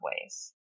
ways